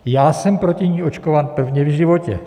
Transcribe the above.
Já jsem proti ní očkován prvně v životě.